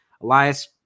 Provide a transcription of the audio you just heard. Elias